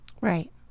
Right